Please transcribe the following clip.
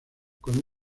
con